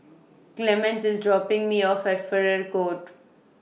Clemence IS dropping Me off At Farrer Court